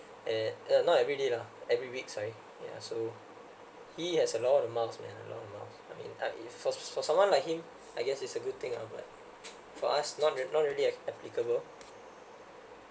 and uh not every day lah every week sorry yeah so he has a lot of miles man a lot of miles I mean time if for for someone like him I guess it's a good thing of like for us not real~ not really applicable